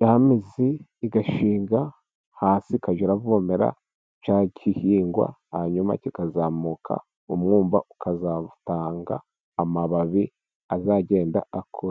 ya mizi igashinga hasi, ikagenda iravomera cya gihingwa, hanyuma kikazamura umwumba, ukazatanga amababi azagenda akura.